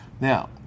Now